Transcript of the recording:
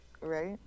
Right